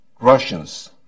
Russians